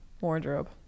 Wardrobe